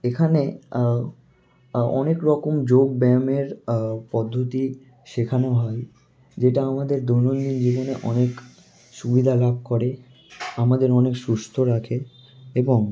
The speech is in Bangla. এখানে অনেক রকম যোগব্যায়ামের পদ্ধতি শেখানো হয় যেটা আমাদের দৈনন্দিন জীবনে অনেক সুবিধা লাভ করে আমাদের অনেক সুস্থ রাখে এবং